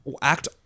act